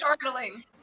startling